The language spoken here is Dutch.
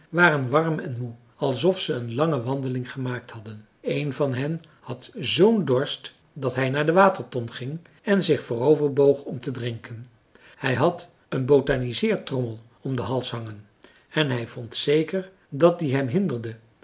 waren warm en moe alsof ze een lange wandeling gemaakt hadden een van hen had zoo'n dorst dat hij naar de waterton ging en zich voorover boog om te drinken hij had een botaniseertrommel om den hals hangen en hij vond zeker dat die hem hinderde